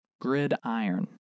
Gridiron